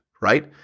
right